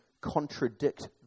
contradict